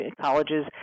colleges